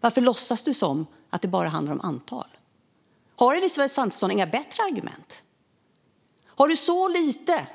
Varför låtsas du som att det bara handlar om antal? Har Elisabeth Svantesson inga bättre argument? Har du, Elisabeth Svantesson, så lite